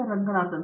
Ranganathan T